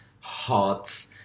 hearts